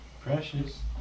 precious